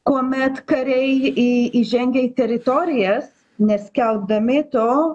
kuomet kariai į įžengia į teritorijas neskelbdami to